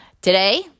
today